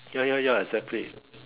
ya ya ya exactly